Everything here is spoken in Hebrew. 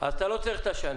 אז אתה לא צריך את השנה.